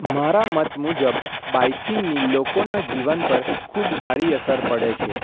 મારા મત મુજબ બાઇકિંગની લોકોના જીવન પર ખૂબ સારી અસર પડે છે